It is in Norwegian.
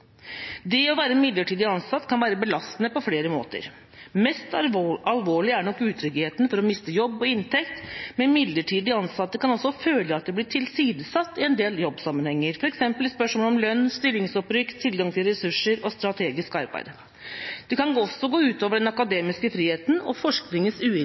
Det å være midlertidig ansatt kan være belastende på flere måter. Mest alvorlig er nok utryggheten for å miste jobb og inntekt, men midlertidig ansatte kan også føle at de blir tilsidesatt i en del jobbsammenhenger, for eksempel i spørsmål om lønn, stillingsopprykk, tilgang til ressurser og i strategisk arbeid. Det kan også gå ut over den akademiske friheten og forskningens